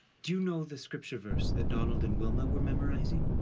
do you know the scripture verse that donald and wilma were memorizing?